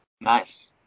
Nice